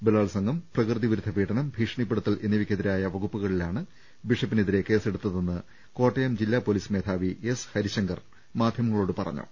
ബലാത്സംഗം പ്രകൃതിവിരുദ്ധ പീഡനം ഭീഷണിപ്പെടുത്തൽ എന്നിവയ്ക്കെതിരായ വകുപ്പുകളിലാണ് ബിഷപ്പിനെതിരെ കേസെടുത്തതെന്ന് കോട്ടയം ജില്ലാപൊലീസ് മേധാവി എസ് ഹരിശങ്കർ മാധ്യമ ങ്ങളോട് പറഞ്ഞു